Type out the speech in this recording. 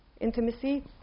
Intimacy